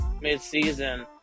mid-season